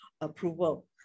approval